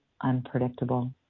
unpredictable